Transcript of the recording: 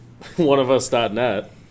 oneofus.net